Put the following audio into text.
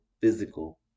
physical